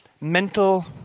mental